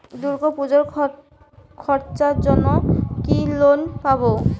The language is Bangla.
দূর্গাপুজোর খরচার জন্য কি লোন পাব?